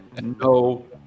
no